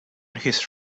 his